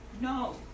No